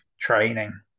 training